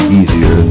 easier